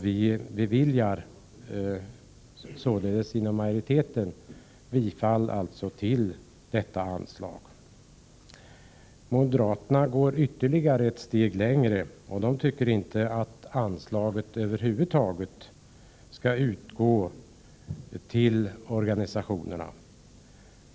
Vi yrkar därför bifall till förslaget att ge detta anslag. Moderaterna går ett steg längre. De tycker inte att några anslag till löntagarorganisationer skall utgå över huvud taget.